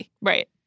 Right